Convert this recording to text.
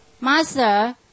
Master